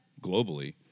globally